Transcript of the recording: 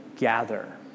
gather